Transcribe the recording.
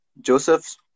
Joseph